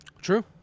True